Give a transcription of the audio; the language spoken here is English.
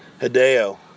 Hideo